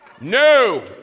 No